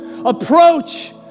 approach